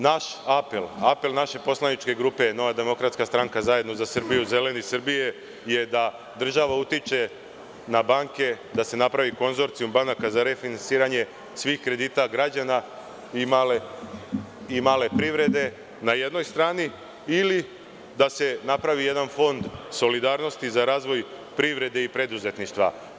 Naš apel, apel naše poslaničke grupe NDS, Zajedno za Srbiju i Zeleni Srbije, je da država utiče na banke da se napravi konzorcijum banaka za refinansiranje svih kredita građana i male privrede, na jednoj strani, ili da se napravi jedan fond solidarnosti za razvoj privrede i preduzetništva.